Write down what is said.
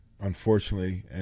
unfortunately